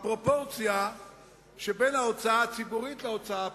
בפרופורציה שבין ההוצאה הציבורית להוצאה הפרטית.